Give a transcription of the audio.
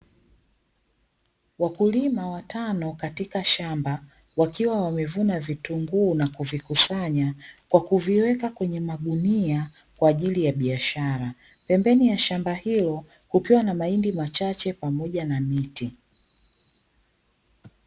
Wakulima watano katika shamba wakiwa wamevuna vitunguu na kuvikusanya kwa kuviweka kwenye magunia kwa ajili ya biashara. Pembeni ya shamba hilo kukiwa na mahindi machache pamoja na miti.